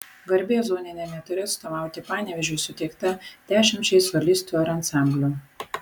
garbė zoniniame ture atstovauti panevėžiui suteikta dešimčiai solistų ar ansamblių